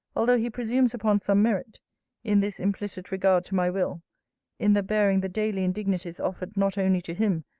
although he presumes upon some merit in this implicit regard to my will in the bearing the daily indignities offered not only to him,